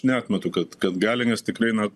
neatmetu kad kad gali nes tikrai na